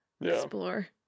explore